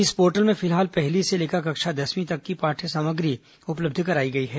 इस पोर्टल में फिलहाल पहली से लेकर कक्षा दसवीं तक की पाठ्य सामग्री उपलब्ध कराई गई है